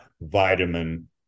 vitamin